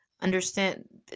understand